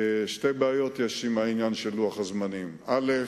שתי בעיות יש עם העניין של לוח הזמנים: א.